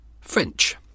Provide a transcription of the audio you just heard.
French